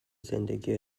زندگی